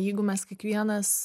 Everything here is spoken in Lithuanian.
jeigu mes kiekvienas